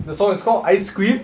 the song is called ice cream